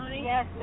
yes